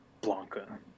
Blanca